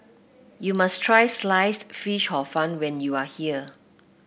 you must try Sliced Fish Hor Fun when you are here